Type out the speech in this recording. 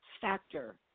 factor